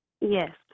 Yes